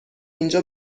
اینجا